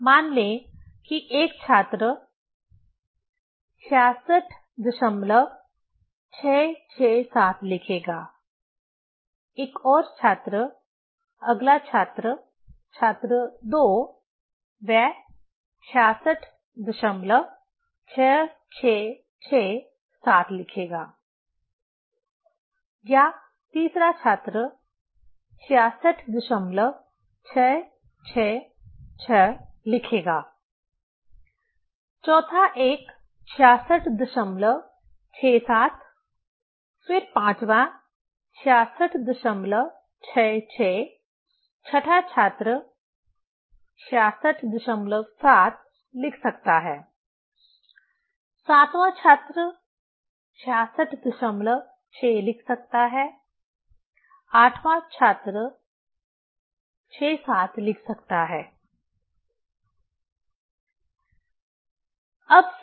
मान लें कि एक छात्र 66667 लिखेगा एक और छात्र अगला छात्र छात्र 2 वह 666667 लिखेगा या तीसरा छात्र 66666 लिखेगा चौथा एक 6667 फिर पांचवा 6666 छठा छात्र 667 लिख सकता है सातवां छात्र 666 लिख सकता है आठवां छात्र 67 लिख सकता है